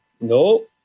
no